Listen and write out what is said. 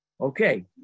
okay